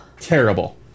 terrible